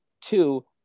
two